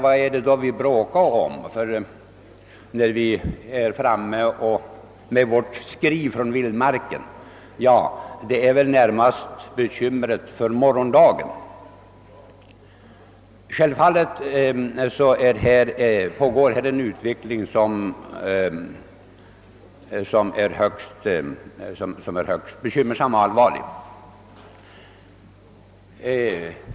Vad är det då vi vill med vårt »skri». Ja, det är närmast tanken på morgondagen som bekymrar oss. Det pågår en avflyttning från detta område som är högst allvarlig.